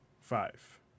Five